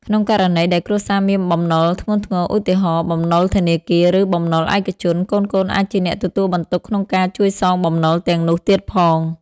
ក្នុងករណីដែលគ្រួសារមានបំណុលធ្ងន់ធ្ងរ ឧទាហរណ៍ បំណុលធនាគារ ឬ បំណុលឯកជន កូនៗអាចជាអ្នកទទួលបន្ទុកក្នុងការជួយសងបំណុលទាំងនោះទៀតផង។